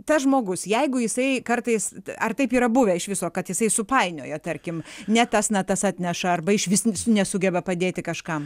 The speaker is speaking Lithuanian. tas žmogus jeigu jisai kartais ar taip yra buvę iš viso kad jisai supainioja tarkim ne tas natas atneša arba išvis nesugeba padėti kažkam